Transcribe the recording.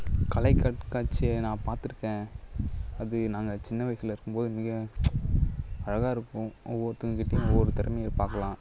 கலை கண்காட்சியை நான் பார்த்துருக்கேன் அது நாங்கள் சின்ன வயதுல இருக்கும் போது மிக அழகாயிருக்கும் ஒவ்வொருத்தவங்க கிட்டையும் ஒவ்வொரு திறமைய பார்க்கலாம்